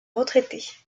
retraités